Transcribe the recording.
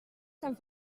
sant